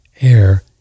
air